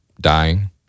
dying